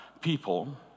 people